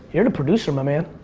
you're the producer, my man,